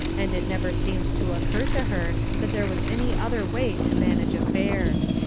and it never seemed to occur to her that there was any other way to manage affairs.